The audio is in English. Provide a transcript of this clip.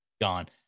gone